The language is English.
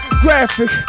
Graphic